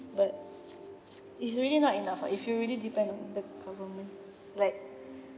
but it's really not enough ah if you really depend on the government like